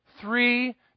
Three